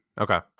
Okay